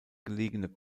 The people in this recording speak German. gelegene